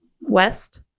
West